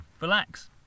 relax